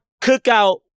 cookout